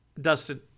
Dustin